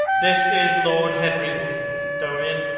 this is lord henry wotton, dorian,